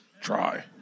try